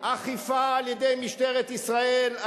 אכיפה על-ידי משטרת ישראל,